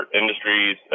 industries